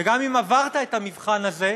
וגם אם עברת את המבחן הזה,